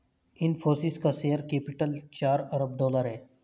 इनफ़ोसिस का share capital चार अरब डॉलर है